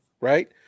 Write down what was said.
right